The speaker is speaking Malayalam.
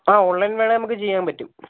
ആ ഓൺലൈൻ വേണേൽ നമുക്ക് ചെയ്യാൻപറ്റും